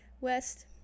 West